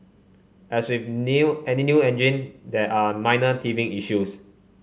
as with new any new engine there are minor teething issues